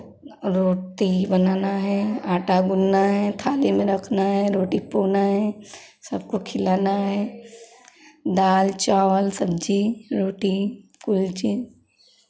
रोती बनाना है आटा गूँधना है थाली में रखना है रोटी पोना है सबको खिलाना है दाल चावल सब्जी रोटी कुल चीज़